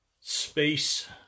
space